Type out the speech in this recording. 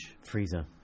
Freezer